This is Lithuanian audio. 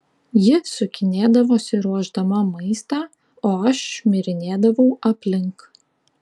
ji sukinėdavosi ruošdama maistą o aš šmirinėdavau aplink